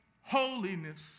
holiness